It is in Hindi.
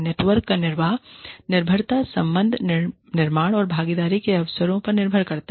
नेटवर्क का निर्वाह निर्भरता संबंध निर्माण और भागीदारी के अवसरों पर निर्भर करता है